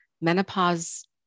menopause